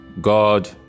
God